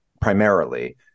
primarily